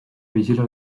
vigila